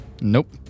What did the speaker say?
Nope